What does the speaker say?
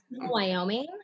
Wyoming